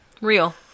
Real